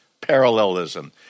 parallelism